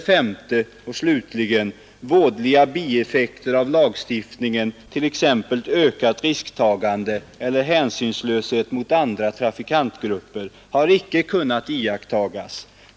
5) Vådliga bieffekter av lagstiftningen, t.ex. ökat risktagande eller hänsynslöshet mot andra trafikantgrupper, har icke kunnat iakttagas.